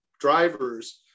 drivers